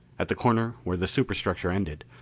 at the corner where the superstructure ended,